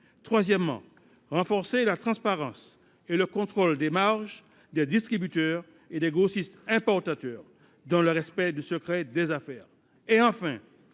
renforcer la transparence et le contrôle des marges des distributeurs et des grossistes importateurs dans le respect du secret des affaires.